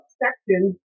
sections